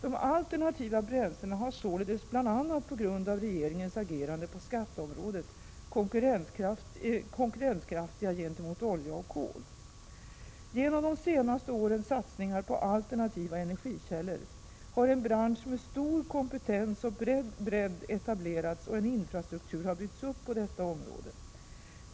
De alternativa bränslena är således bl.a. på grund av regeringens agerande på skatteområdet konkurrenskraftiga gentemot olja och kol. Genom de senaste årens satsningar på alternativa energikällor har en bransch med stor kompetens och bredd etablerats och en infrastruktur har byggts upp på detta område.